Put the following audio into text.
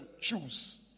choose